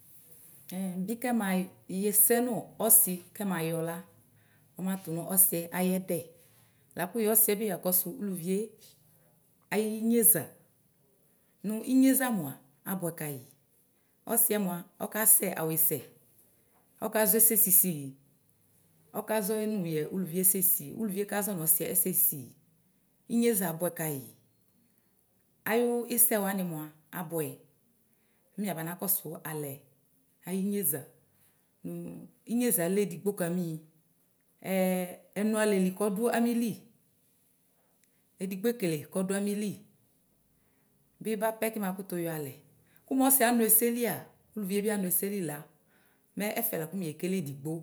b̭̌ɩ kɛma yɔ yɛ sɛnʋ ɔsɩ kɛmayɔ la nʋ ɔsɩ ayɛdɛ lakʋ yɛ ɔsiɛ bi yakɔsʋ ʋlʋvie ayineza nʋ inyeza mʋa abʋɛ kayi ɔsiɛ mʋa ɔkasɛ awʋ isɛ ɔkazɔ ɛsɛsisi ɔkazɔ nʋ yɛ ʋlʋvie ɛsɛ sisi ʋlʋvie kazɔ nʋyɛ ɔsiɛ ɛsɛsisi inyeza abʋɛ̰̃ kayi ayʋ ɩsɛwani mʋa abʋɛ nʋ yaba nakɔsʋ alɛ ayi inyeza nʋ inyeza alɛ edigbo kami ɛnʋalɛli kɔdʋ amili edigboekele kɔdʋ amili bi bapɛ ki makʋtʋ yɔalɛ kʋmʋ ɔsiɛ anʋ ɛsɛlia ʋlʋvie bi anʋ esɛli la, mɛ ɛfɛla kʋ miekele edigbo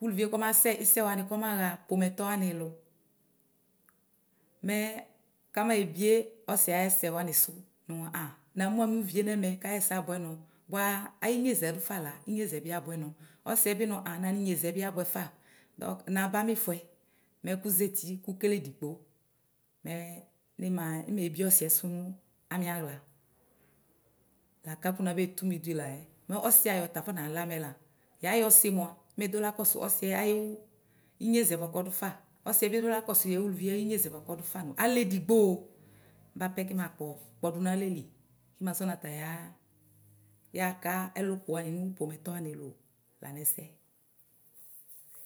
kʋ ʋlʋvie kɔmasɛ isɛwani kɔmaxa pomɛtɔ wanɩ lʋ mɛ kamibie ɔsiɛ ayɛsɛ wani sʋ nʋ ah namʋ amuivie nɛmɛ kʋ ayɛsɛ abʋɛnɔ bʋa ayinyezɛ dʋfa inyezɛ abʋɛnɔ ɔsiɛ binʋ ah naninyezɛ biabʋɛ fa. Dɔnk naba amifʋɛ mɛ kʋmeziti kʋmekele edigbo mɛ nimanimebie ɔsiɛsʋ nʋ miaɣla, laka kʋ nabetʋmɩ dui layɛ mɛ ɔsiayɔ tafɔ nalɛ amɛ layɛ. Yayɔ ɔsi mʋa mɛ edola kɔsʋ ɔsiɛ ayʋ inyezɛ bʋakʋ ɔdʋfa. Ɔsiɛbi edola kɔsʋ yɛ ʋlʋvie ayʋ inyezɛ kɔdʋfa nʋ alɛ edigbo bapɛ kimakpɔdʋ nalɛli kimazɔ nʋ ataya yaka ɛkʋkʋ wani nʋ pomɛtɔ wani lʋ lanɛsɛ.